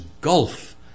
gulf